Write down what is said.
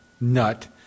Nut